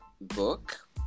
book